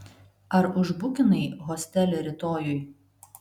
ar užbukinai hostelį rytojui